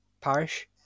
parish